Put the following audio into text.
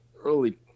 early